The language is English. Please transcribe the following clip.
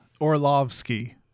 Orlovsky